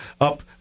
up